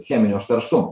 cheminio užterštumo